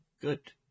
Good